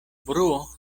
bruo